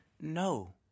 No